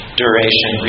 duration